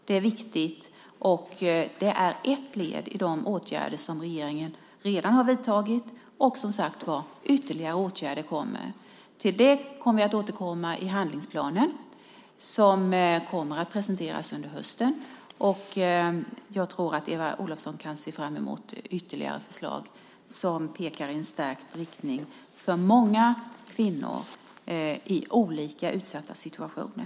Det är viktigt. Det är ett led i de åtgärder som regeringen redan har vidtagit, och som sagt var, ytterligare åtgärder kommer. Till det kommer jag att återkomma i handlingsplanen som kommer att presenteras under hösten. Jag tror att Eva Olofsson kan se fram emot ytterligare förslag som pekar i en stärkande riktning för många kvinnor i olika utsatta situationer.